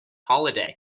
holiday